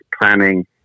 planning